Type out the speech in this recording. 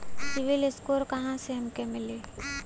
CIBIL score कहाँसे हमके मिली?